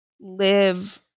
live